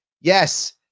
Yes